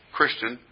Christian